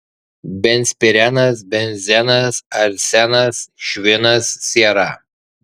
benzpirenas benzenas arsenas švinas siera